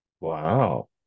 Wow